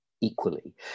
equally